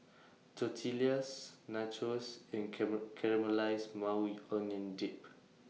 Tortillas Nachos and Caramelized Maui Onion Dip